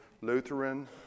Lutheran